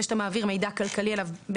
בזה שאתה מעביר אליו מידע כלכלי ב-סמס.